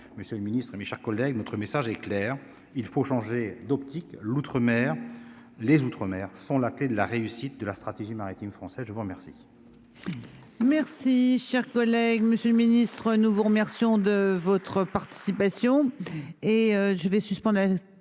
monsieur le Ministre, mes chers collègues, notre message est clair : il faut changer d'optique l'Outre-mers les outre-mer sont la clé de la réussite de la stratégie maritime française, je vous remercie.